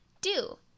Do